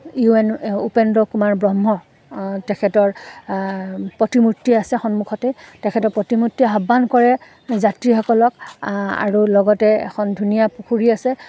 U N Upendra Kumar Brahma তেখেতৰ প্ৰতিমূৰ্তি আছে সন্মুখতেই তেখেতৰ প্ৰতিমূৰ্তি আহ্বান কৰে যাত্ৰীসকলক আৰু লগতে এখন ধুনীয়া পুখুৰী আছে